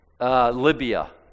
Libya